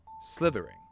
Slithering